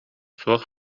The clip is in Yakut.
суох